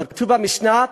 כתוב במשנה: